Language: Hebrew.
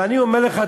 ואני אומר לך,